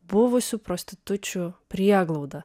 buvusių prostitučių prieglauda